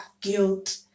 guilt